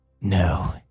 No